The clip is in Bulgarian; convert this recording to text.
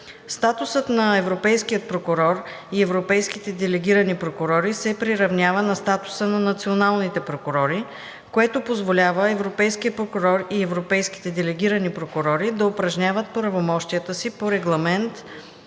Статусът на европейския прокурор и европейските делегирани прокурори се приравнява на статуса на националните прокурори, което позволява европейският прокурор и европейските делегирани прокурори да упражняват правомощията си по Регламент